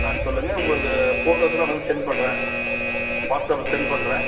ஆ சொல்லுங்க உங்களுக்கு ஃபோட்டோஸுலாம் வேணா சென்ட் பண்ணுறேன் வாட்ஸ்ஆப்பில் சென்ட் பண்ணுறேன்